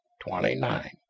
twenty-nine